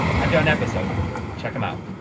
i've done episodes on them. check them out.